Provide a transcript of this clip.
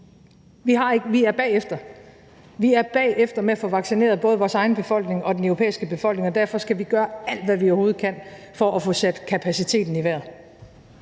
Vi er bagefter med at få vaccineret både vores egen befolkning og den europæiske befolkning, og derfor skal vi gøre alt, hvad vi overhovedet kan, for at få sat kapaciteten i vejret.